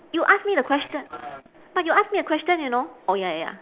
you asked me the question but you ask me the question you know oh ya ya